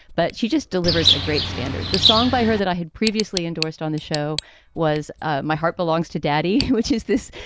but she just delivers a great standard. the song by her that i had previously endorsed on the show was ah my heart belongs to daddy, which is this,